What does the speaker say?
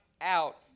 out